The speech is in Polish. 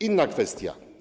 Inna kwestia.